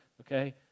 Okay